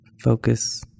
focus